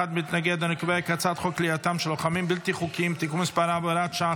חוק הצעת חוק כליאתם של לוחמים בלתי חוקיים (תיקון מס' 4 והוראת שעה,